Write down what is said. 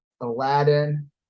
Aladdin